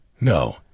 no